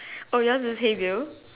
oh yours is hey bill